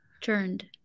turned